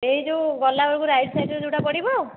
ଏଇ ଯେଉଁ ଗଲାବେଳକୁ ରାଇଟ୍ ସାଇଟ୍ରେ ଯେଉଁଟା ପଡ଼ିବ